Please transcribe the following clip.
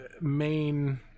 main